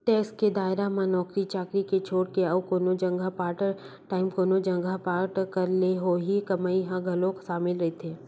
tax के दायरा म नौकरी चाकरी के छोड़ अउ कोनो जघा पार्ट टाइम कोनो जघा काम करे ले होवई कमई ह घलो सामिल रहिथे